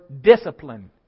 discipline